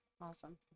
awesome